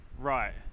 right